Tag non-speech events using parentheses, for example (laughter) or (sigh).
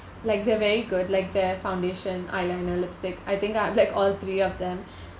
like they're very good like their foundation eyeliner lipstick I think I like all three of them (breath)